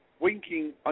Winking